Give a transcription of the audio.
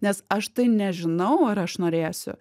nes aš tai nežinau ar aš norėsiu